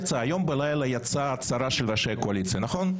הלילה יצאה הצהרה של ראשי הקואליציה, נכון?